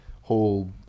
whole